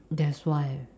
that's why